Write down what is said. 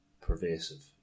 pervasive